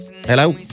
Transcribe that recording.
Hello